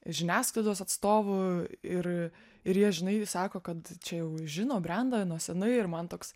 žiniasklaidos atstovų ir ir jie žinai sako kad čia jau žino brendą nuo senai ir man toks